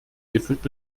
gefüllt